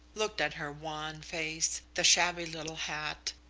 looked at her wan face, the shabby little hat,